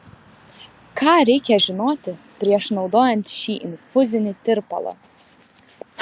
ką reikia žinoti prieš naudojant šį infuzinį tirpalą